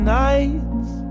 nights